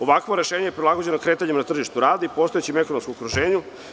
Ovakvo rešenje je prilagođeno kretanjima na tržištu rada i postojećem ekonomskom okruženju.